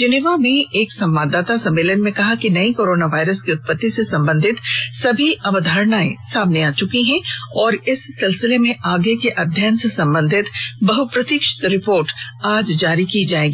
Geneva में एक संवाददाता सम्मेलन में कहा कि नए कोरोना वायरस की उत्पत्ति से संबंधित सभी अवधारणायें सामने आ चुकी हैं और इस सिलसिले में आगे को अध्ययन से संबंधित बहुप्रतीक्षित रिपोर्ट आज जारी की जाएगी